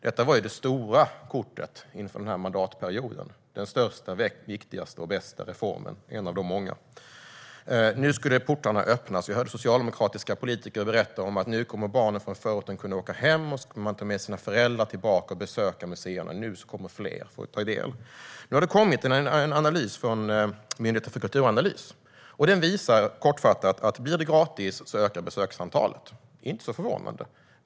Detta var det stora kortet inför denna mandatperiod - den största, viktigaste och bästa reformen, eller en av de många. Nu skulle portarna öppnas. Vi hörde socialdemokratiska politiker berätta om hur barnen från förorten skulle kunna åka hem och ta med sina föräldrar tillbaka för att besöka museerna; nu skulle fler få ta del. Nu har det kommit en analys från Myndigheten för kulturanalys, och den visar kortfattat att besöksantalet ökar om det blir gratis; det är inte så förvånande.